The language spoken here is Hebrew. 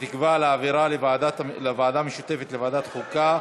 שתקבע להעבירה לוועדה המשותפת לוועדת החוקה,